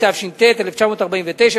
התש"ט 1949,